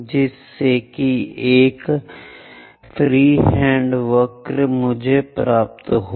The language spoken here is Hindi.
तो एक चिकनी मुक्तहस्त वक्र से जुड़ें जो P 4 P 5 P 6 P 7 और P 8 से गुजरता है